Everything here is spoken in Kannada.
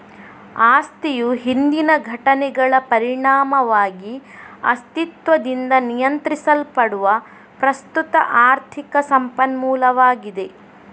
ಆಸ್ತಿಯು ಹಿಂದಿನ ಘಟನೆಗಳ ಪರಿಣಾಮವಾಗಿ ಅಸ್ತಿತ್ವದಿಂದ ನಿಯಂತ್ರಿಸಲ್ಪಡುವ ಪ್ರಸ್ತುತ ಆರ್ಥಿಕ ಸಂಪನ್ಮೂಲವಾಗಿದೆ